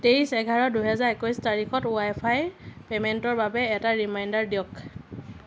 তেইছ এঘাৰ দুহেজাৰ একৈছ তাৰিখত ৱাইফাইৰ পে'মেণ্টৰ বাবে এটা ৰিমাইণ্ডাৰ দিয়ক